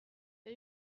jag